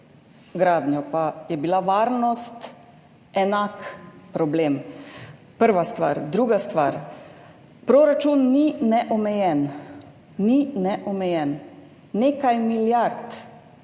gradnje, pa je bila varnost enak problem. Prva stvar. Druga stvar. Proračun ni neomejen. Ni neomejen. Nekaj milijard